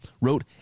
wrote